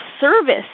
service